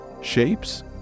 shapes